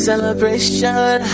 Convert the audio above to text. Celebration